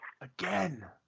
Again